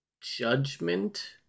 Judgment